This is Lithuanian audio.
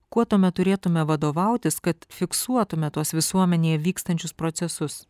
kuo tuomet turėtumėme vadovautis kad fiksuotume tuos visuomenėje vykstančius procesus